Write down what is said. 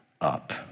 up